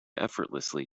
effortlessly